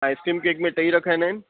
हा ice cream cake में टई रखाइणा आहिनि